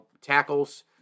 tackles